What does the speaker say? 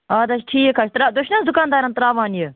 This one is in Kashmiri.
اَدٕ حظ ٹھیٖک حظ تر تُہۍ چھِو نا دُکان دارَن ترٛاوان یہِ